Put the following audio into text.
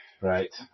Right